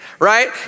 Right